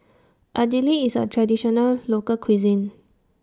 Idili IS A Traditional Local Cuisine